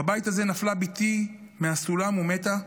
בבית הזה נפלה בתי מהסולם ומתה.